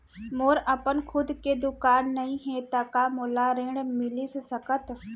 मोर अपन खुद के दुकान नई हे त का मोला ऋण मिलिस सकत?